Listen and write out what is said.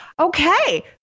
Okay